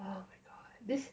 oh my god this